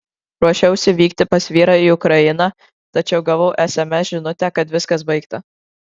ruošiausi vykti pas vyrą į ukrainą tačiau gavau sms žinutę kad viskas baigta